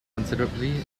considerably